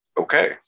okay